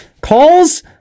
calls